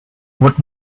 would